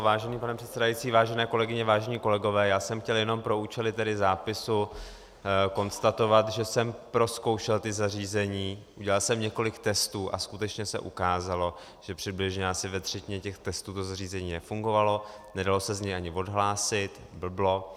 Vážený pane předsedající, vážené kolegyně, vážení kolegové, já jsem chtěl jenom pro účely tedy zápisu konstatovat, že jsem prozkoušel ta zařízení, udělal jsem několik testů a skutečně se ukázalo, že přibližně asi ve třetině těch testů to zařízení nefungovalo, nedalo se z něj ani odhlásit, blblo.